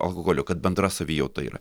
alkoholio kad bendra savijauta yra